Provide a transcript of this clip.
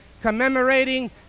commemorating